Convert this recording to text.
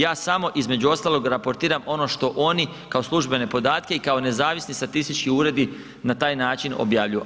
Ja samo između ostalog raportiram ono što oni kao službene podatke i kao nezavisni statistički uredi na taj način objavljuju.